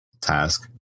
task